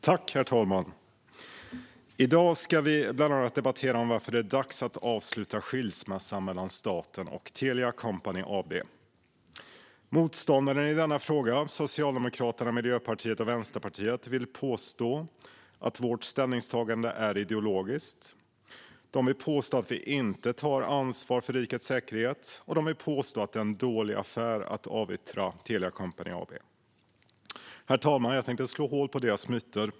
Herr talman! I dag ska vi bland annat debattera varför det är dags att avsluta skilsmässan mellan staten och Telia Company AB. Motståndarna i denna fråga, Socialdemokraterna, Miljöpartiet och Vänsterpartiet, vill påstå att vårt ställningstagande är ideologiskt. De vill påstå att vi inte tar ansvar för rikets säkerhet, och de vill påstå att det är en dålig affär att avyttra Telia Company AB. Herr talman! Jag tänker slå hål på deras myter.